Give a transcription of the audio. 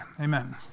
Amen